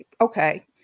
okay